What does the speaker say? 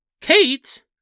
Kate